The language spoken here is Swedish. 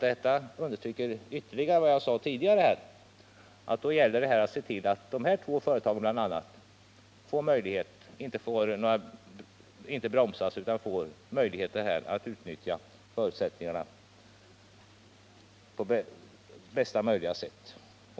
Detta understryker ytterligare vad jag tidigare sade, nämligen att det gäller att se till att bl.a. dessa två företag inte bromsas utan får möjigheter att utnyttja förutsättningarna på bästa möjliga sätt.